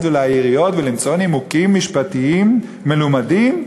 ולעיריות ולמצוא נימוקים משפטיים מלומדים?